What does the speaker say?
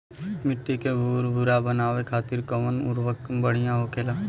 मिट्टी के भूरभूरा बनावे खातिर कवन उर्वरक भड़िया होखेला?